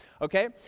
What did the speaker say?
okay